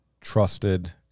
trusted